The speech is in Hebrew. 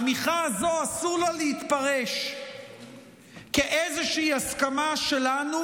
התמיכה הזו אסור לה להתפרש כאיזושהי הסכמה שלנו